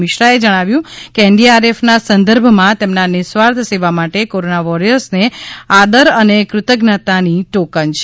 મિશ્રાએ જણાવ્યું કે એનડીઆરએફના સંદર્ભમાં તેમના નિઃસ્વાર્થ સેવા માટે કોરોના વોરિયર્સને આદર અને કૃતજ્ઞતાની ટોકન છે